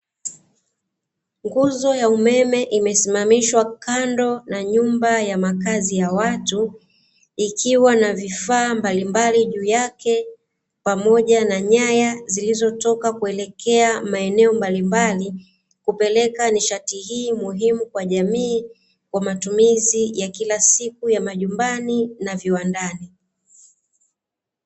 Nguzo ya umeme imesimamishwa kando na nyumba ya makazi ya watu, ikiwa na vifaa mbalimbali juu yake, pamoja na nyaya zilizotoka kuelekea maeneo mbalimbali kupeleka nishati hii muhimu kwa jamii, kwa matumizi ya kila siku ya majumbani na viwandani.